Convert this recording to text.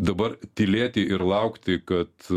dabar tylėti ir laukti kad